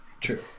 true